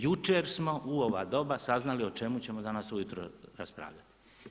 Jučer smo u ova doba saznali o čemu ćemo danas ujutro raspravljati.